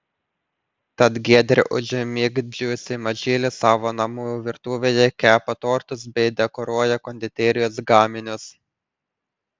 tad giedrė užmigdžiusi mažylį savo namų virtuvėje kepa tortus bei dekoruoja konditerijos gaminius